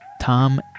Tom